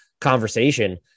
conversation